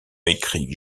écrit